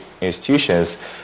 institutions